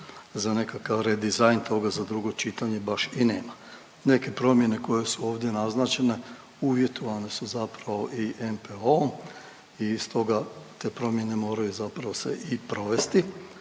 za nekakav redizajn toga za drugo čitanje baš i nema. Neke promjene koje su ovdje naznačene uvjetovane su i NPOO-om i stoga te promjene moraju zapravo se i provesti,